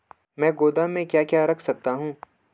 मैं गोदाम में क्या क्या रख सकता हूँ?